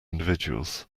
individuals